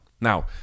Now